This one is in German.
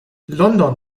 london